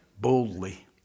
boldly